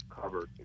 covered